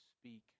speak